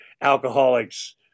alcoholics